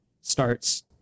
starts